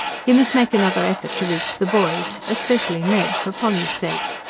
he must make another effort to reach the boys especially ned, for polly's sake.